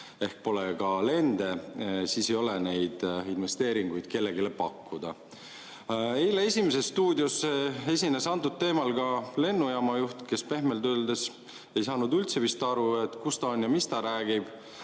ehk pole ka lende, siis ei ole neid investeeringuid kellelegi pakkuda. Eile "Esimeses stuudios" esines sel teemal ka lennujaama juht, kes pehmelt öeldes ei saanud üldse vist aru, kus ta on ja mida ta räägib,